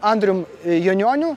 andrium jionioniu